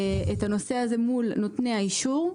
את הנושא הזה מול נותני האישור,